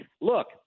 look